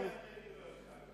אותך אני רואה.